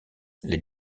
les